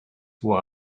who